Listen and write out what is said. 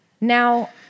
Now